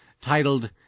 titled